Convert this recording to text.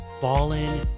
Fallen